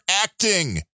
acting